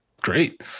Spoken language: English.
Great